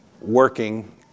working